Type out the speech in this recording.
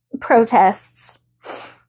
protests